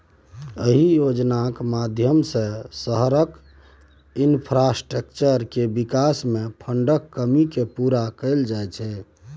अहि योजनाक माध्यमसँ शहरक इंफ्रास्ट्रक्चर केर बिकास मे फंडक कमी केँ पुरा कएल जाइ छै